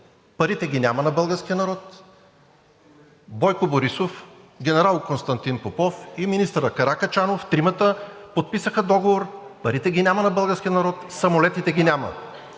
парите ги няма на българския народ. Бойко Борисов, генерал Константин Попов и министърът Каракачанов – тримата, подписаха договор, парите на българския народ ги няма, самолетите ги няма.